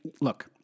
Look